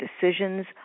decisions